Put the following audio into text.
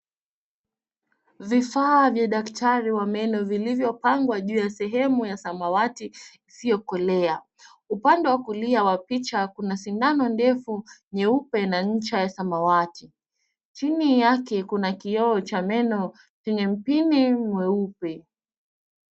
Vifaa vya daktari wa meno vilivyopangwa juu ya sehemu ya samawati isiyokolea. Upande wa kulia wa picha kuna sindano ndefu nyeupe na ncha ya samawati. Chini yake kuna kioo cha meno chenye mpini mweupe.